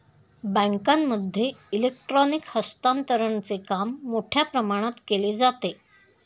बँकांमध्ये इलेक्ट्रॉनिक हस्तांतरणचे काम मोठ्या प्रमाणात केले जाते